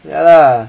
and lah